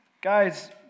Guys